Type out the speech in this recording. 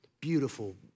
beautiful